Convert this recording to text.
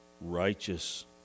righteous